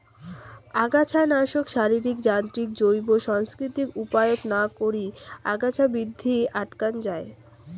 আগাছানাশক, শারীরিক, যান্ত্রিক, জৈব, সাংস্কৃতিক উপায়ত না করি আগাছা বৃদ্ধি আটকান যাই